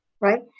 right